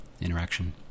interaction